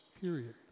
period